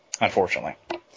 Unfortunately